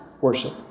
worship